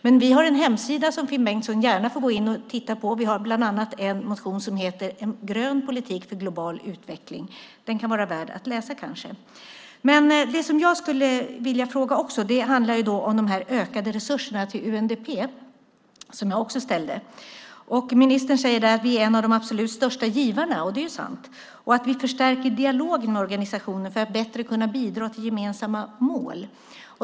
Men vi har en hemsida som Finn Bengtsson gärna får titta på. Vi har bland annat en motion som heter En grön politik för global utveckling . Den kan vara värd att läsa. Det som jag skulle vilja fråga om handlar om de ökade resurserna till UNDP. Ministern säger att vi är en av de absolut största givarna, och det är sant, och att vi förstärker dialogen med organisationen för att bättre kunna bidra till gemensamma mål.